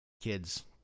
kids